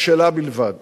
ושלה בלבד.